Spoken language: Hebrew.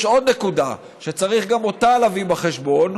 יש עוד נקודה שצריך גם אותה להביא בחשבון.